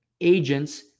agents